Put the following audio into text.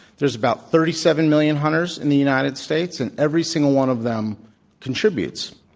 there's about thirty seven million hunters in the united states, and every single one of them contributes.